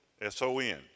S-O-N